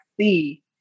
see